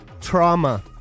trauma